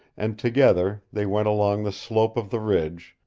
and together they went along the slope of the ridge,